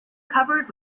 covered